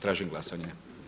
Tražim glasanje.